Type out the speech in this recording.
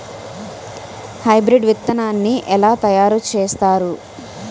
Hybrid విత్తనాన్ని ఏలా తయారు చేస్తారు?